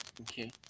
okay